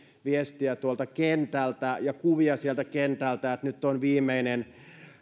viestiä tuolta kentältä ja kuvia sieltä kentältä että nyt on viimeinen